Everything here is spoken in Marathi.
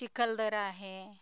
चिखलदरा आहे